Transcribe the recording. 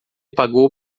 pagou